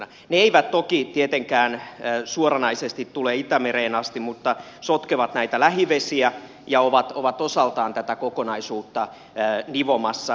ne eivät toki tietenkään suoranaisesti tule itämereen asti mutta sotkevat näitä lähivesiä ja ovat osaltaan tätä kokonaisuutta nivomassa